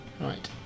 Right